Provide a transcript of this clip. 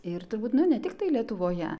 ir turbūt nu ne tiktai lietuvoje